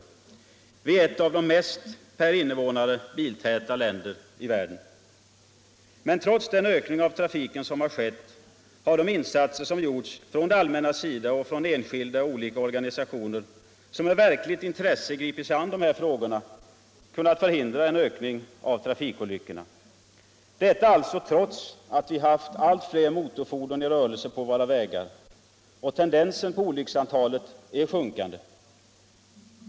Sett per invånare är vi ett av de mest biltäta länderna i världen. Men trots den ökning av trafiken som har skett har de insatser som gjorts från det allmännas sida och från enskilda och olika organisationer, som med verkligt intresse gripit sig an dessa frågor, kunnat förhindra en ökning av trafikolyckorna. Detta har alltså hänt trots att vi haft allt fler motorfordon i rörelse på våra vägar, att tendensen för olycksantalet är sjunkande.